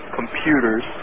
computers